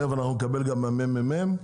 נקבל גם מ-ממ"מ.